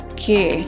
Okay